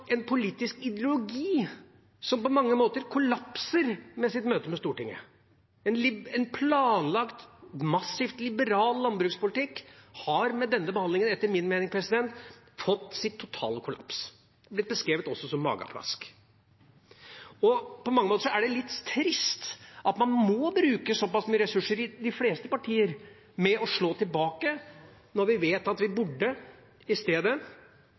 en politisk ideologi som på mange måter kollapser i sitt møte med Stortinget. En planlagt massiv liberal landbrukspolitikk har med denne behandlingen etter min mening fått sin totale kollaps – beskrevet også som mageplask. På mange måter er det litt trist at man må bruke så pass mye ressurser i de fleste partier på å slå tilbake, når vi vet at vi i stedet